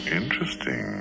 interesting